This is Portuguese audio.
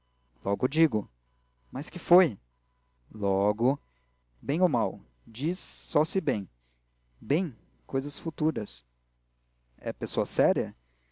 logo digo mas que foi logo bem ou mal dize só se bem bem cousas futuras é pessoa séria